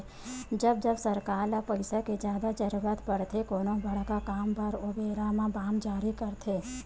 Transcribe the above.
जब जब सरकार ल पइसा के जादा जरुरत पड़थे कोनो बड़का काम बर ओ बेरा म बांड जारी करथे